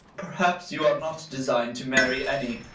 perhaps you are not designed to marry any.